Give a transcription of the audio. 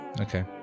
Okay